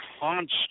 constant